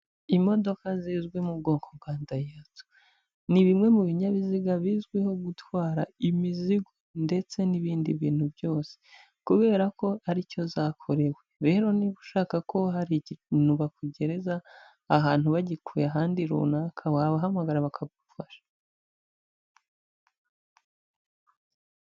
Imodoka zizwi mu bwoko bwa dayihatsu, ni bimwe mu binyabiziga bizwiho gutwara imizigo, ndetse n'ibindi bintu byose, kubera ko aricyo zakorewe, rero niba ushaka ko hari ikintu bakugereza ahantu, bagikuye ahandi runaka, wabahamagara bakagufasha.